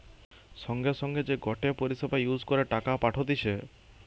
সঙ্গে সঙ্গে যে গটে পরিষেবা ইউজ করে টাকা পাঠতিছে